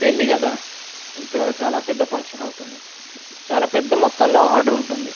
పెళ్లి కదా ఇంట్లో చాలా పెద్ద ఫంక్షన్ అవుతుంది చాలా పెద్ద మొత్తంలో ఆర్డర్ ఉంటుంది